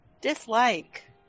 Dislike